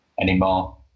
anymore